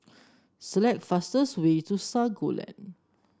select the fastest way to Sago Lane